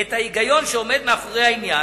את ההיגיון שעומד מאחורי העניין.